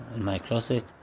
and my closet.